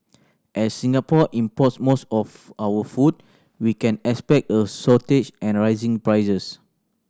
as Singapore import's most of our food we can expect a shortage and rising prices